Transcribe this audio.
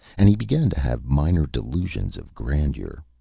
and he began to have minor delusions of grandeur.